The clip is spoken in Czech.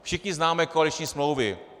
Všichni známe koaliční smlouvy.